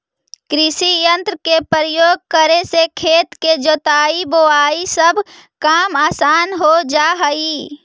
कृषियंत्र के प्रयोग करे से खेत के जोताई, बोआई सब काम असान हो जा हई